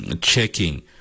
checking